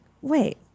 wait